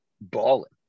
balling